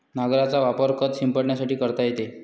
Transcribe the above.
नांगराचा वापर खत शिंपडण्यासाठी करता येतो